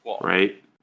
right